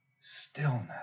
stillness